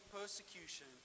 persecution